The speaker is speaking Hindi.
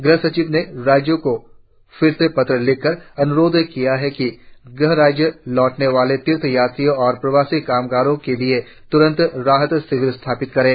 ग़ह सचिव ने राज़्यों को फिर से पत्र लिखकर अनुरोध कियाहै कि गृह राजय लौटने वाले तीर्थ यात्रियों और प्रवासी कामगारों के लिए तरंत राहत शिविरसथापित करें